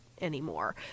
anymore